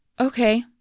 okay